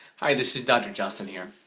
hi, this is doctor justin here.